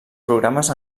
programes